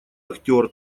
актер